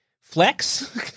Flex